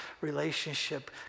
relationship